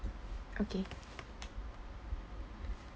okay